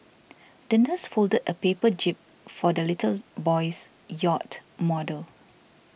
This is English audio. the nurse folded a paper jib for the little boy's yacht model